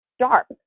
sharp